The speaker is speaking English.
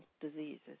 diseases